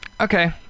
Okay